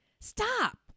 Stop